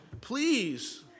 Please